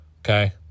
okay